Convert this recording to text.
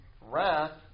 wrath